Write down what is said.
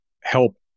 help